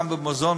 גם במזון,